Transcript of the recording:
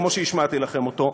כמו שהשמעתי לכם אותו,